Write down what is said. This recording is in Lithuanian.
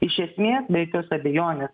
iš esmės be jokios abejonės